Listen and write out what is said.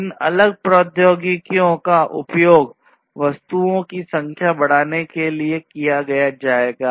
इन अलग प्रौद्योगिकियों का उपयोग वस्तुओं की संख्या बढ़ाने के लिए किया जाएगा